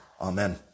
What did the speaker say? Amen